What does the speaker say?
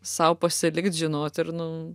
sau pasilikt žinot ir nu